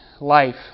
life